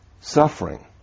suffering